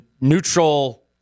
neutral